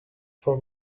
for